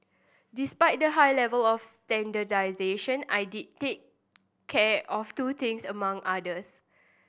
despite the high level of standardisation I did take care of two things among others